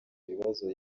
ibibazo